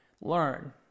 learn